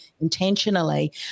intentionally